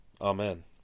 Amen